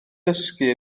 dysgu